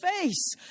face